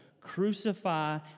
Crucify